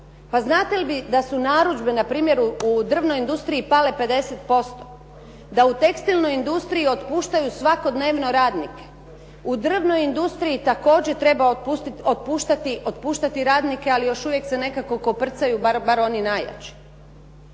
znate li da su narudžbe npr. u državnoj industriji pale 50%. Da u tekstilnoj industriji otpuštaju svakodnevno radnike, u drvnoj industriji također treba otpuštati radnike ali još uvijek se nekako koprcaju barem oni najjači.